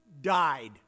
died